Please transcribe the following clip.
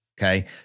Okay